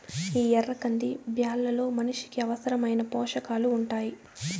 ఈ ఎర్ర కంది బ్యాళ్ళలో మనిషికి అవసరమైన పోషకాలు ఉంటాయి